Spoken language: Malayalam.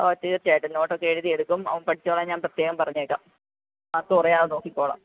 ഓ തീർച്ചയായിട്ടും നോട്ടൊക്കെ എഴുതിയെടുക്കും അവൻ പഠിച്ചോളാൻ ഞാൻ പ്രത്യേകം പറഞ്ഞേക്കാം മാർക്ക് കുറയാതെ നോക്കിക്കോളാം